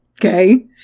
Okay